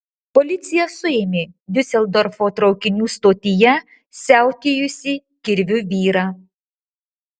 policija suėmė diuseldorfo traukinių stotyje siautėjusį kirviu vyrą